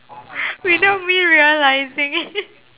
without me realising